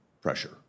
pressure